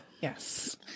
Yes